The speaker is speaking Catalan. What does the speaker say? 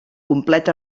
complet